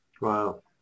Wow